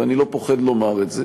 ואני לא פוחד לומר את זה,